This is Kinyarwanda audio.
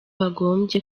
wagombye